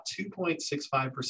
2.65%